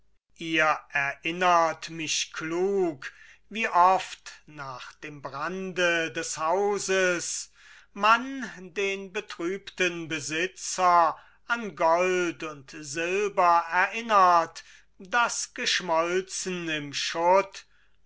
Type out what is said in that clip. ihr erinnert mich klug wie oft nach dem brande des hauses man den betrübten besitzer an gold und silber erinnert das geschmolzen im schutt